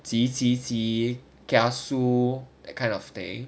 急急急 kiasu that kind of thing